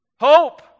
Hope